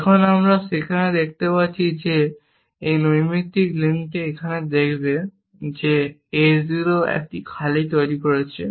এখন আমরা সেখানে দেখতে পাচ্ছি যে এই নৈমিত্তিক লিঙ্কটি এখানে দেখবে যে A 0 একটি খালি তৈরি করছে